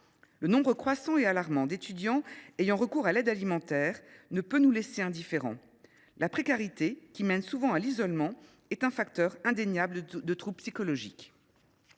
Le nombre croissant et alarmant d’étudiants ayant recours à l’aide alimentaire ne peut nous laisser indifférents. La précarité, qui mène souvent à l’isolement, est un facteur indéniable de troubles psychologiques.